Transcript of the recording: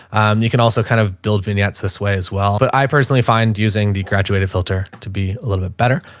and you can also kind of build vignettes this way as well. but i personally find using the graduated filter to be a little bit better.